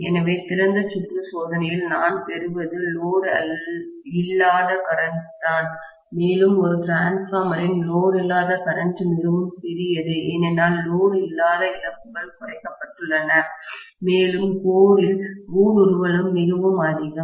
எனவே திறந்த சுற்று சோதனையில் நான் பெறுவது லோடு இல்லாத கரன்ட் தான் மேலும் ஒரு டிரான்ஸ்பார்மரின் லோடு இல்லாத கரன்ட் மிகவும் சிறியது ஏனெனில் லோடு இல்லாத இழப்புகள் குறைக்கப்பட்டுள்ளன மேலும் கோரின் ஊடுருவலும் மிகவும் அதிகம்